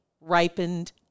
ripened